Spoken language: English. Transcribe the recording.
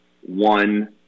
one